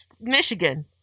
michigan